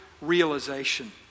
realization